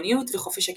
שוויוניות וחופש הקניין.